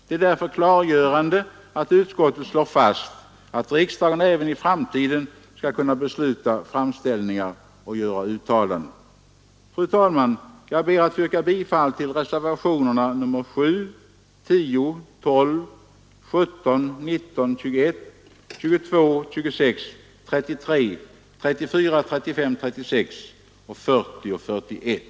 Det är därför klargörande att utskottet slår fast att riksdagen även i framtiden skall kunna besluta om framställningar och skulle kunna göra uttalanden om t. göra uttalanden. Fru talman! Jag ber att få yrka bifall till reservationerna 7, 10, 12, 17, 19, 21, 22, 26, 33, 34, 35, 36, 40 och 41.